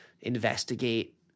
investigate